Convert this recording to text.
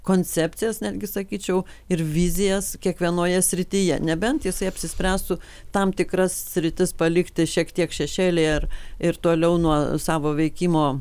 koncepcijas netgi sakyčiau ir vizijas kiekvienoje srityje nebent jisai apsispręstų tam tikras sritis palikti šiek tiek šešėlyje ar ir toliau nuo savo veikimo